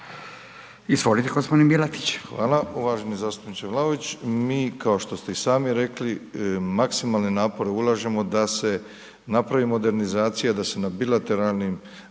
Izvolite g. Milatić. **Milatić, Ivo** Hvala. Uvaženi zastupniče Vlaović, mi kao što ste i sami rekli, maksimalne napore ulažemo da se napravi modernizacija, da se na bilateralnim